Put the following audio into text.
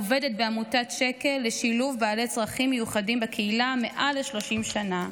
עובדת בעמותת שק"ל לשילוב בעלי צרכים מיוחדים בקהילה מעל ל-30 שנה,